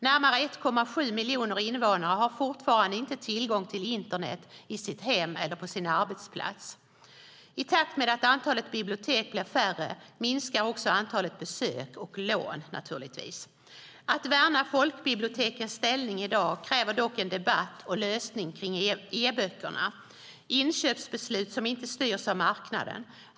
Närmare 1,7 miljoner invånare har fortfarande inte tillgång till internet i sitt hem eller på sin arbetsplats. I takt med att antalet bibliotek blir färre minskar naturligtvis också antalet besök och lån. Att värna folkbibliotekens ställning i dag kräver dock en debatt och lösning kring e-böckerna - inköpsbeslut som inte styrs av marknaden.